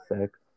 six